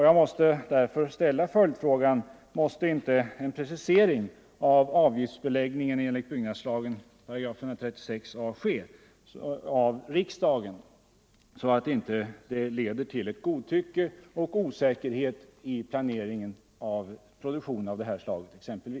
Jag vill därför ställa en följdfråga: Måste inte en precisering av avgiftsbeläggningen enligt 136 a § byggnadslagen göras av riksdagen, om inte följden skall bli godtycke och osäkerhet i planeringen av produktion av exempelvis detta slag?